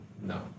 no